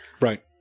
Right